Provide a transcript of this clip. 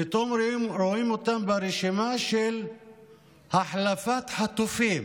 פתאום רואים אותן ברשימה של החלפת חטופים.